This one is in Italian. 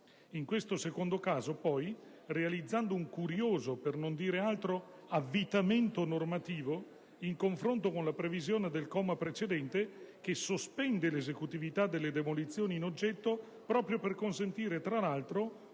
In questo secondo caso, poi, realizzando un curioso - per non dire altro - avvitamento normativo in confronto con la previsione del comma precedente, che sospende l'esecutività delle demolizioni in oggetto proprio per consentire - tra l'altro